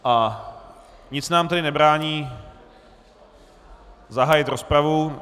A nic nám tedy nebrání zahájit rozpravu.